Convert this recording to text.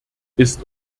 ist